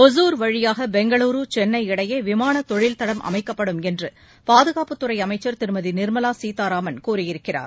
ஒசூர் வழியாக பெங்களூரு சென்னை இடையே விமான தொழில் தடம் அமைக்கப்படும் என்று பாதுகாப்புத் துறை அமைச்சா் திருமதி நிா்மலா சீதாராமன் கூறியிருக்கிறார்